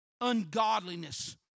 ungodliness